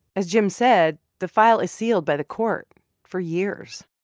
as jim said, the file is sealed by the court for years.